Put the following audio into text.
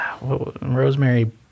rosemary